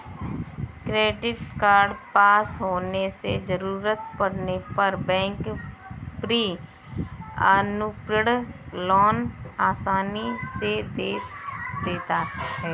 credit card पास होने से जरूरत पड़ने पर बैंक प्री अप्रूव्ड लोन आसानी से दे देता है